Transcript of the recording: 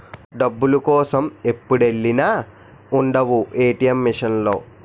డబ్బుల కోసం ఎప్పుడెల్లినా ఉండవు ఏ.టి.ఎం మిసన్ లో